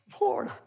Lord